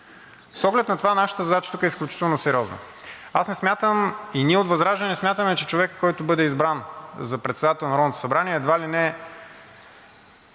С оглед на това нашата задача тук е изключително сериозна. Аз не смятам, и ние от ВЪЗРАЖДАНЕ не смятаме, че човекът, който бъде избран за председател на Народното събрание – едва ли не е